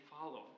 follow